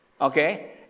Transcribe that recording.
okay